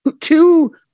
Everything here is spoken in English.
two